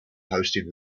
hosted